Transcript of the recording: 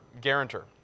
Guarantor